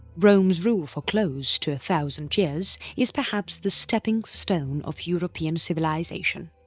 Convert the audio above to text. rome's rule for close to a thousand years is perhaps the stepping stone of european civilisation.